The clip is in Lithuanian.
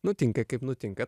nutinka kaip nutinka